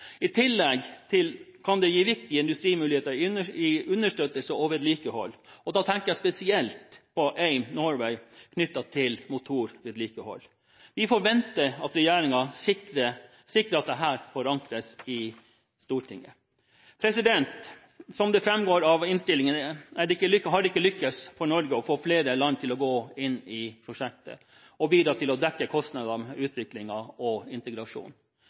I tillegg kan det gi viktige industrimuligheter i understøttelse og vedlikehold, og da tenker jeg spesielt på AIM Norway og motorvedlikehold. Vi forventer at regjeringen sikrer at dette forankres i Stortinget. Som det framgår av innstillingen, har det ikke lyktes Norge å få flere land til å gå inn i prosjektet og bidra til å dekke kostnadene ved utvikling og integrasjon.